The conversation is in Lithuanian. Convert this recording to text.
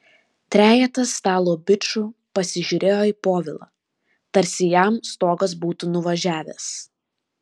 trejetas stalo bičų pasižiūrėjo į povilą tarsi jam stogas būtų nuvažiavęs